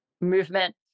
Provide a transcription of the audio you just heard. movement